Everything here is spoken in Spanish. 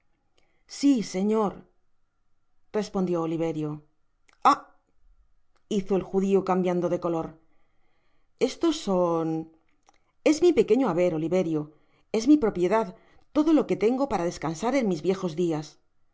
si señor respondió oliverio ah hizo el judio cambiando de coloreslos son es mi pequeño haber oliverio es mi propiedad todo lo que tengo para descansar en mis viejos dias